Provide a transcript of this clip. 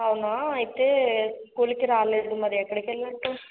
అవునా అయితే స్కూల్కి రాలేదు మరెక్కడికి వెళ్లినట్టు